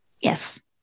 Yes